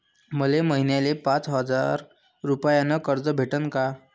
मले महिन्याले पाच हजार रुपयानं कर्ज भेटन का?